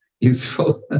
useful